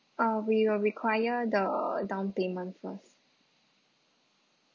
uh we will require the down payment first